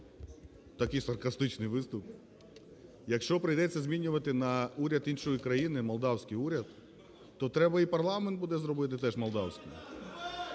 Такий саркастичний виступ. Якщо прийдеться змінювати на уряд іншої країни, молдовський уряд, то треба і парламент буде зробити теж молдовським.